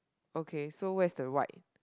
okay so where's the white